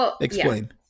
Explain